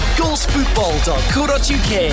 goalsfootball.co.uk